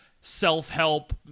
self-help